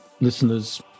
listeners